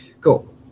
Cool